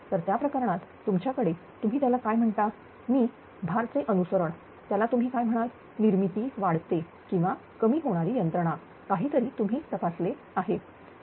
तर त्या प्रकरणात तुमच्याकडे तुम्ही त्याला काय म्हणाल मी भार चे अनुसरण त्याला तुम्ही काय म्हणाल निर्मिती वाढते किंवा कमी होणारी यंत्रणा काहीतरी तुम्ही तपासले आहे